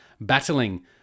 Battling